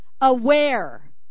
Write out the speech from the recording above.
aware